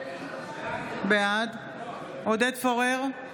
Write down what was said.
בעד עודד פורר,